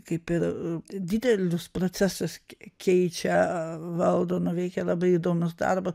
kaip ir didelius procesus kei keičia valdo nuveikia labai įdomius darbus